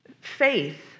faith